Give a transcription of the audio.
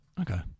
Okay